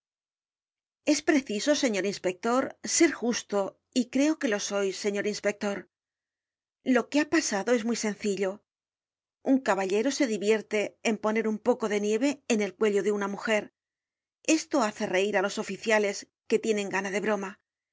es preciso señor inspector ser justo y creo que lo sois señor inspector lo que ha pasado es muy sencillo un caballero se divierte en poner un poco de nieve en el cuello de una mujer esto hace reir á los oficiales que tienen gana de broma